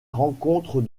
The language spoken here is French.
rencontre